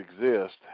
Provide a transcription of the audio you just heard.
exist